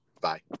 bye